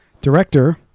Director